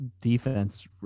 defense